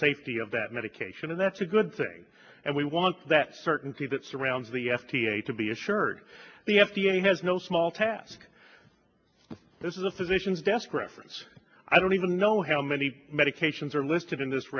safety of that medication and that's a good thing and we want that certainty that surrounds the f d a to be assured the f d a has no small task this is a physician's desk reference i don't even know how many medications are listed in this